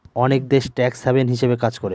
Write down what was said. অনেক দেশ tax haven হিসাবে কাজ করে